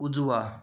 उजवा